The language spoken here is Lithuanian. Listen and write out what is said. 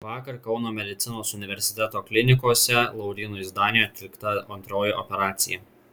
vakar kauno medicinos universiteto klinikose laurynui zdaniui atlikta antroji operacija